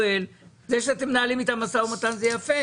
זה שאתם מנהלים איתם מו"מ זה יפה,